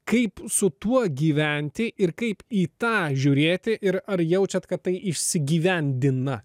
kaip su tuo gyventi ir kaip į tą žiūrėti ir ar jaučiat kad tai išsigyvendina